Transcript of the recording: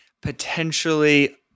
potentially